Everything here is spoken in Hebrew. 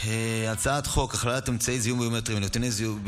הצעת חוק הכללת אמצעי זיהוי ביומטריים ונתוני זיהוי